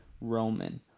Roman